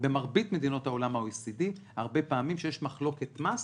הרבה פעמים כשיש מחלוקת מס,